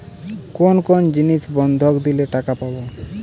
কোন কোন জিনিস বন্ধক দিলে টাকা পাব?